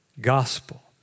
gospel